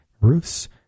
roofs